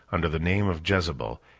under the name of jezebel,